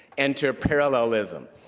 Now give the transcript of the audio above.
enter parallelism,